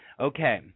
Okay